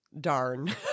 Darn